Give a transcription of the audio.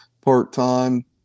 part-time